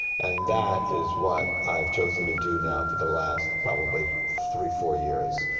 and that is what i've chosen to do now, for the last probably three, four years.